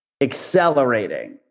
accelerating